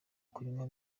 kunywa